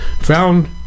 Found